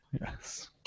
Yes